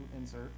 insert